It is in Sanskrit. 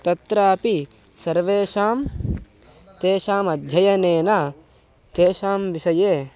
तत्रापि सर्वेषां तेषाम् अध्ययनेन तेषां विषये